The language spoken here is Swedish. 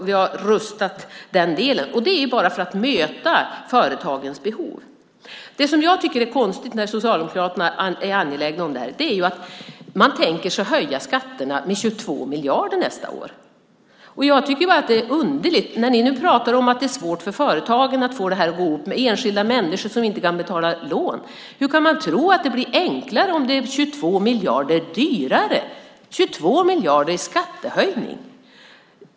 Vi har rustat den delen just för att möta företagens behov. Jag tycker att det är konstigt att Socialdemokraterna, samtidigt som de är angelägna om dessa frågor, tänker sig att höja skatterna med 22 miljarder nästa år. Det tycker jag är underligt eftersom man talar om att företagen har svårt att få det hela att gå ihop, att enskilda människor inte kan betala sina lån. Hur kan man tro att det blir enklare för företag och enskilda om det blir 22 miljarder dyrare, 22 miljarder i skattehöjning?